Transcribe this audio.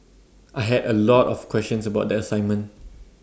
I had A lot of questions about the assignment